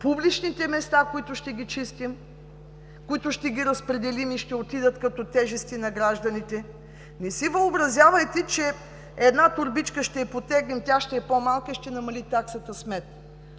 публичните места, които ще чистим, които ще разпределим и ще отидат като тежести на гражданите. Не си въобразявайте, че една торбичка ще я потегнем, тя ще е по-малка и ще намали таксата смет.